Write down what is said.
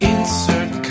Insert